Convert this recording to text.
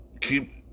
keep